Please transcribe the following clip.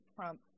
Trump